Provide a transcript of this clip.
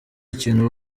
ikintu